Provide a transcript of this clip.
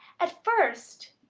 at first,